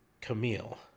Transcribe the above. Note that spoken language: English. Camille